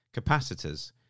capacitors